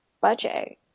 budget